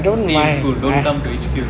stay in school don't come to H_Q